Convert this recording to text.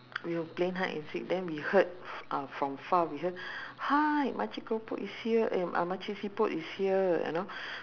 we were playing hide and seek then we heard uh from far we heard hi makcik keropok is here eh uh makcik siput is here you know